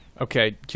Okay